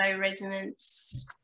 resonance